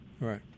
Right